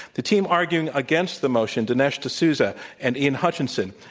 the team arguing against the motion, dinesh d'souza and ian hutchinson,